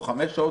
5 שעות,